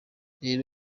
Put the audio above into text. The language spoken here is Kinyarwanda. rero